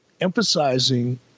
emphasizing